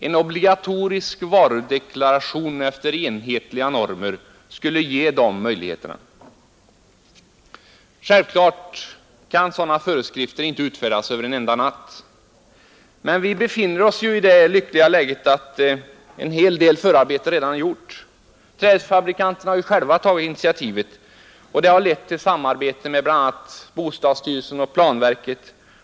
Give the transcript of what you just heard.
En obligatorisk varudeklaration efter enhetliga normer skulle ge de möjligheterna. Naturligtvis kan sådana föreskrifter inte utfärdas över en enda natt. Men vi befinner oss i det lyckliga läget att en hel del förarbete redan har gjorts. Trähusfabrikanterna har själva tagit initiativet, och det har lett till samarbete med bl.a. bostadsstyrelsen och planverket.